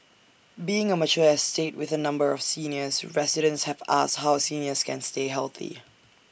being A mature estate with A number of seniors residents have asked how seniors can stay healthy